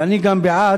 ואני גם בעד